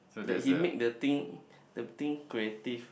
that he make the thing the thing creative